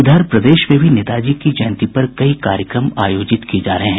इधर प्रदेश में भी नेताजी की जयंती पर कई कार्यक्रम आयोजित किये जा रहे हैं